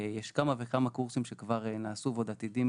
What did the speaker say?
יש כמה וכמה קורסים שכבר נעשו ועוד עתידים